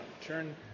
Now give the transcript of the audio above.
turn